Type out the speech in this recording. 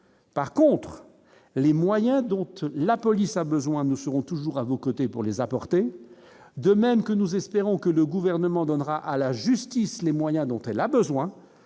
par contre, les moyens dont la police a besoin de nous serons toujours à vos côtés pour les apporter, de même que nous espérons que le gouvernement donnera à la justice les moyens dont elle a besoin